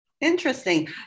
Interesting